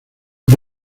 por